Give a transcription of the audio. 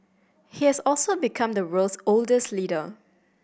he has also become the world's oldest leader